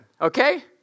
okay